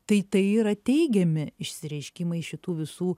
tai tai yra teigiami išsireiškimai šitų visų